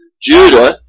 Judah